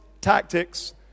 tactics